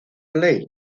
ley